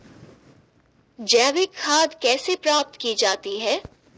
जैविक खाद कैसे प्राप्त की जाती है?